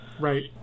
Right